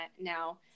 now